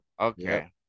Okay